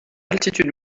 altitude